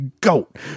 goat